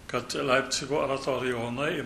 kad leipcigo oratorijonai